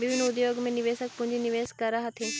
विभिन्न उद्योग में निवेशक पूंजी निवेश करऽ हथिन